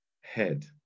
head